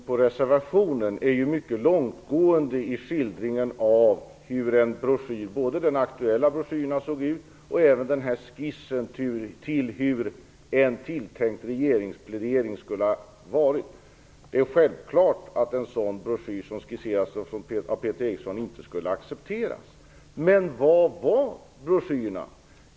Herr talman! Peter Erikssons ordval här liksom reservationens avslutning är mycket långtgående i skildringen av hur både de aktuella broschyrerna såg ut och skissen till en tilltänkt plädering skulle ha varit. Det är självklart att en broschyr som den som Peter Eriksson skisserar inte skulle accepteras. Men hur var det med broschyrerna?